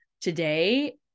today